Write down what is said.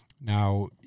Now